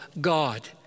God